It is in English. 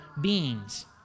beings